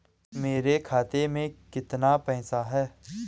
मेरे खाते में कितना पैसा है?